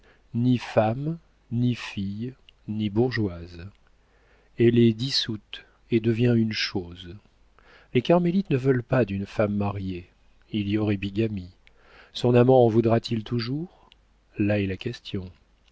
ni femme ni fille ni bourgeoise elle est dissoute et devient une chose les carmélites ne veulent pas une femme mariée il y aurait bigamie son amant en voudra-t-il toujours là est la question